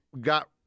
got –